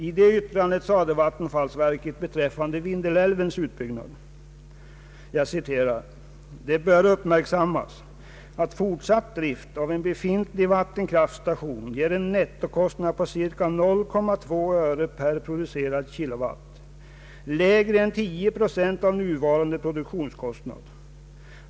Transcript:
I det yttrandet sade vattenfallsverket beträffande Vindelälvens utbyggnad: ”Det bör uppmärksammas att fortsatt drift av en befintlig vattenkraftstation ger en nettokostnad på cirka 0,2 öre per producerad kilowatt, lägre än 10 procent av nuvarande produktionskostnad.